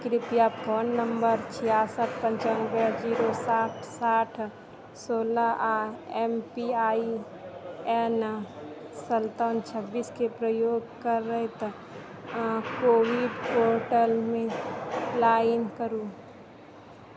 कृपया phone number छिआसठि पन्चानबे जीरो साठि साठि सोलह आ एम पी आइ एन सत्तावन छब्बीस के प्रयोग करैत कोविन पोर्टलमे लॉग इन करू